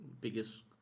biggest